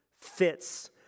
fits